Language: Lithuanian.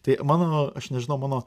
tai mano aš nežinau mano